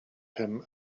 him